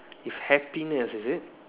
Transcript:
with happiness is it